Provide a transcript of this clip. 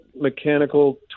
mechanical